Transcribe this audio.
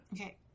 Okay